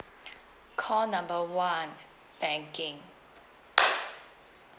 call number one banking